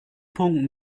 punkten